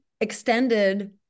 extended